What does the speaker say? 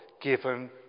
given